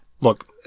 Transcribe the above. Look